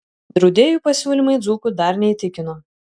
draudėjų pasiūlymai dzūkų dar neįtikino